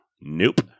nope